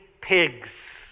pigs